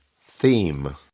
Theme